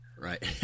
Right